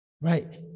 Right